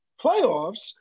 playoffs